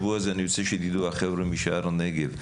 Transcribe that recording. החבר'ה משער הנגב,